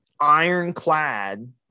ironclad